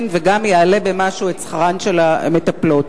וגם יעלה במשהו את שכרן של המטפלות.